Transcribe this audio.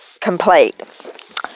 complete